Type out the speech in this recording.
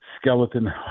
skeleton